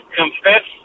confess